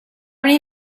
many